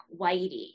Whitey